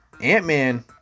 Ant-Man